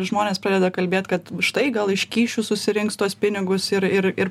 žmonės pradeda kalbėt kad štai gal iš kyšių susirinks tuos pinigus ir ir ir